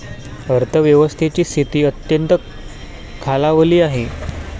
अर्थव्यवस्थेची स्थिती अत्यंत खालावली आहे